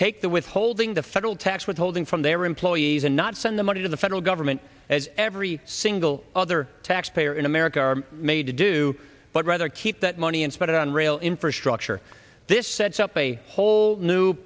take the withholding the federal tax withholding from their employees and not send the money to the federal government every single other taxpayer in america are made to do but rather keep that money and spend it on rail infrastructure this sets up a whole new